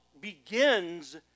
begins